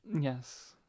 Yes